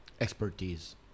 Expertise